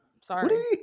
Sorry